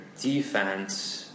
defense